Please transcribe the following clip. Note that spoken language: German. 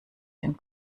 den